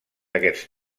aquests